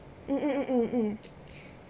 mm mm mm mm mm